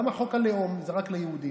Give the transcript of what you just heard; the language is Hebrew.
למה חוק הלאום זה רק ליהודים?